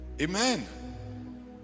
Amen